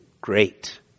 Great